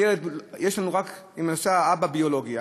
יש לנו רק את נושא האבא הביולוגי.